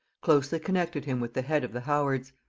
closely connected him with the head of the howards.